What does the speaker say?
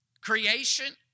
creation